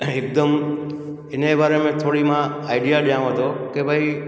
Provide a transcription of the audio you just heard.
हिकदमि इन जे बारे में थोरी मां आइडिया ॾियांव थो की भई